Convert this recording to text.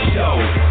Show